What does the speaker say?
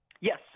Yes